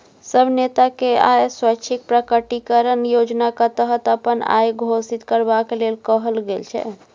सब नेताकेँ आय स्वैच्छिक प्रकटीकरण योजनाक तहत अपन आइ घोषित करबाक लेल कहल गेल छै